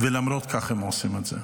ולמרות זאת הם עושים את זה.